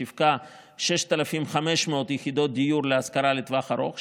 שיווקה 6,500 יחידות דיון להשכרה לטווח ארוך,